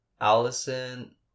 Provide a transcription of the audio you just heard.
Allison